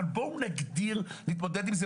אבל בואו נתמודד עם זה.